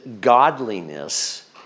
godliness